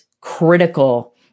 critical